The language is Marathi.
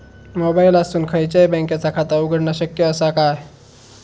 मोबाईलातसून खयच्याई बँकेचा खाता उघडणा शक्य असा काय?